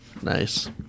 Nice